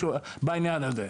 בעניין הזה,